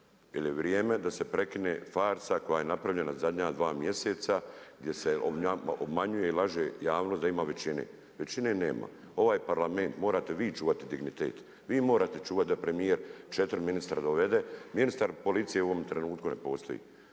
Jer je vrijeme da se prekine farsa koja je napravljena zadnja dva mjeseca gdje se obmanjuje i laže javnost da ima većine. Većine nema. Ovaj Parlament morate vi čuvati dignitet. Vi morate čuvati da premijer četiri ministra dovede. Ministar policije u ovom trenutku ne postoji.